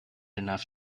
enough